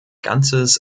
ganzes